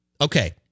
Okay